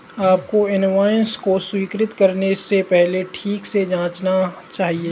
आपको इनवॉइस को स्वीकृत करने से पहले ठीक से जांचना चाहिए